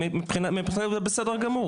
מבחינתנו זה בסדר גמור.